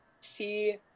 see